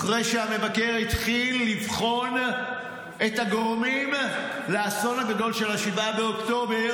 אחרי שהמבקר התחיל לבחון את הגורמים לאסון הגדול של 7 באוקטובר,